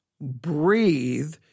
breathe